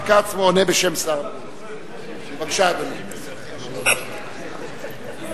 בבקשה, אדוני.